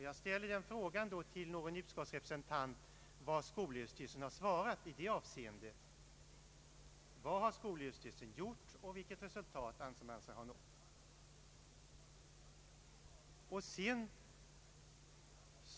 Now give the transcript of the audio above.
Jag ställer frågan till någon utskottsrepresentant: Vad har skolöverstyrelsen svarat i detta avseende? Vad har skolöver styrelsen gjort, och vilka resultat anser den sig ha uppnått?